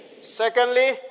Secondly